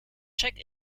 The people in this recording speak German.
check